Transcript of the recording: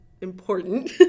important